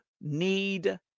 need